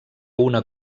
una